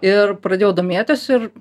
ir pradėjau domėtis ir